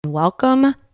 welcome